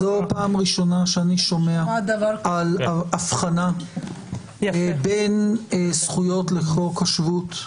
זו הפעם הראשונה שאני שומע על הבחנה בין זכויות לחוק השבות,